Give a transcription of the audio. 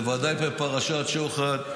בוודאי בפרשת שוחד,